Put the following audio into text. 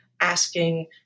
asking